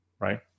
right